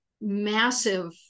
massive